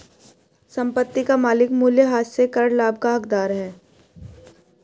संपत्ति का मालिक मूल्यह्रास से कर लाभ का हकदार है